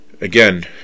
again